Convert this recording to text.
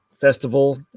festival